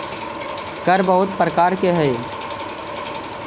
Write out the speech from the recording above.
कर बहुत प्रकार के हई